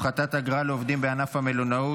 הפחתת אגרה לעובדים בענף המלונאות),